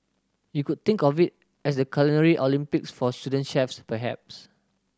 you could think of it as the Culinary Olympics for student chefs perhaps